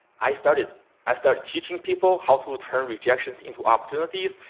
i started i started teaching people how to turn rejections into opportunities.